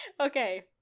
Okay